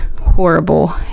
horrible